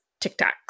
TikToks